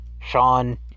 Sean